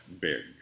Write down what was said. big